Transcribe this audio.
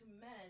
men